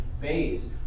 bass